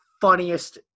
Funniest